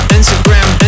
Instagram